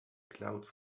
clouds